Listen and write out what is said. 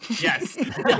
Yes